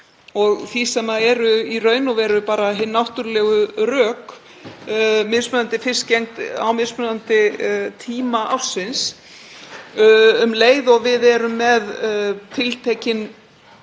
og því sem eru í raun og veru bara hin náttúrulegu rök, mismunandi fiskigengd á mismunandi tíma ársins um leið og við erum með tiltekinn